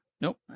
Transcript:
Nope